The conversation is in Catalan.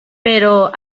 però